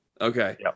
Okay